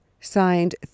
signed